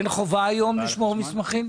היום אין חובה לשמור מסמכים?